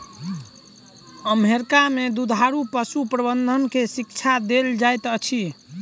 America में दुधारू पशु प्रबंधन के शिक्षा देल जाइत अछि